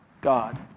God